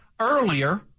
earlier